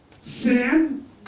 Sin